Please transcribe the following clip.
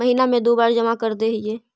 महिना मे दु बार जमा करदेहिय?